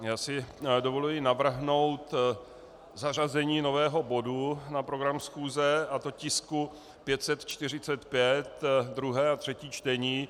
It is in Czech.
Já si dovoluji navrhnout zařazení nového bodu na program schůze, a to tisku 545, druhé a třetí čtení.